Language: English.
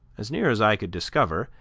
as near as i could discover,